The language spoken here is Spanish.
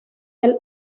del